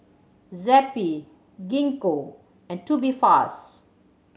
Zappy Gingko and Tubifast